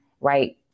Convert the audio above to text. right